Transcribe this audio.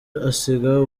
asiga